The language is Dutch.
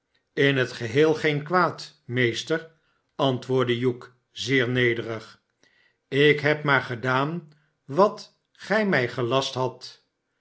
in het geheel geen kwaad meester antwoordde hugh zeer nederig slk heb maar gedaan wat gij mij gelasthadt